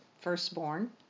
firstborn